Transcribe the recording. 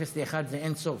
אפס לאחד זה אינסוף.